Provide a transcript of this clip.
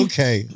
Okay